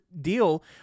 deal